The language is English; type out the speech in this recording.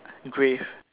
grave